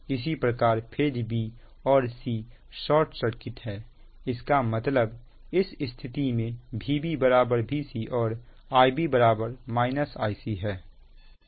इसी प्रकार phase b और c शॉर्ट सर्किट है इसका मतलब इस स्थिति में Vb Vc और Ib Ic है